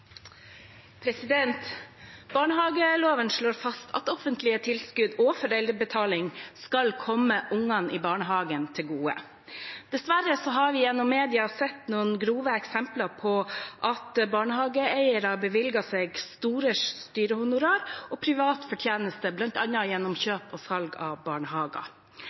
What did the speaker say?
Barnehageloven slår fast at offentlige tilskudd og foreldrebetaling skal komme ungene i barnehagen til gode. Dessverre har vi gjennom media sett noen grove eksempler på at barnehageeiere har bevilget seg store styrehonorar og privat fortjeneste, bl.a. gjennom kjøp og salg av barnehager.